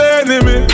enemy